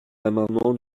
l’amendement